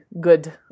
good